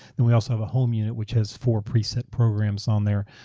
then we also have a home unit which has four preset programs on there,